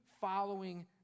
following